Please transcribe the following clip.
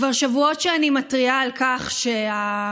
כבר שבועות שאני מתריעה על כך שבתי